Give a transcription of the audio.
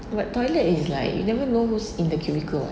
but toilet is like you never know who's in the cubicle [what]